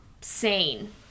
sane